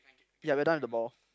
ya we're done with the ball